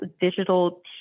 digital